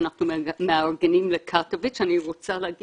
שאנחנו מארגנים לקטוביץ, אני רוצה לומר